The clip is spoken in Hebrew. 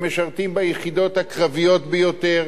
הם משרתים ביחידות הקרביות ביותר,